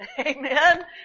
Amen